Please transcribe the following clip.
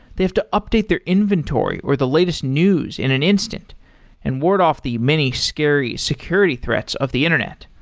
they have to update their inventory or the latest news in an instant and ward off the many scary security threats of the internet.